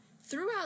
throughout